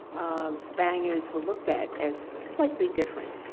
spaniards were looked at as slightly different.